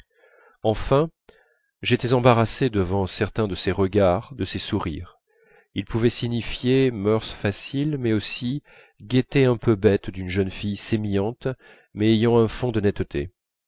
enfin j'étais embarrassé devant certains de ses regards de ses sourires ils pouvaient signifier mœurs faciles mais aussi gaieté un peu bête d'une jeune fille sémillante mais ayant un fond